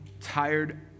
tired